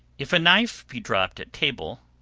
if a knife be dropped at table,